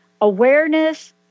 awareness